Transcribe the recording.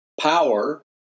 power